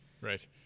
Right